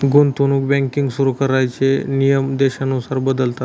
गुंतवणूक बँकिंग सुरु करण्याचे नियम देशानुसार बदलतात